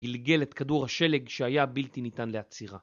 גלגל את כדור השלג שהיה בלתי ניתן לעצירה.